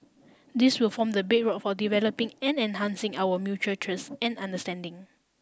this will form the bedrock for developing and enhancing our mutual trust and understanding